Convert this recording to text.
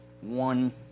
one